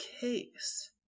case